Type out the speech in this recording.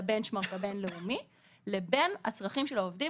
לבנצ'מרק הבין לאומי לבין הצרכים של העובדים,